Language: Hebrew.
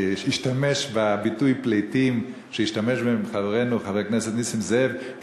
השתמש בביטוי "פליטים" שהשתמש בו חברנו חבר הכנסת נסים זאב,